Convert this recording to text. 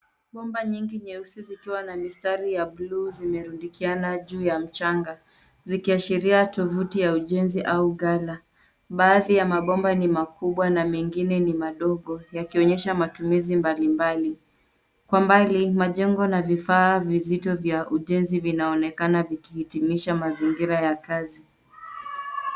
Bomba nyingi nyeusi zikiwa na mistari ya blue zimerundikiana juu ya mchanga zikiashiria tovuti ya ujenzi au ghala. Baadhi ya mabomba ni makubwa na mengine ni madogo yakionyesha matumizi mbalimbali. Kwa mbali majengo na vifaa vizito vya ujenzi vinaonekana vikihitimisha mazingira ya kazi.